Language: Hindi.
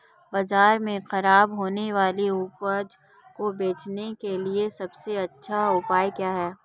बाजार में खराब होने वाली उपज को बेचने के लिए सबसे अच्छा उपाय क्या हैं?